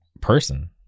person